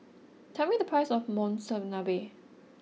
tell me the price of Monsunabe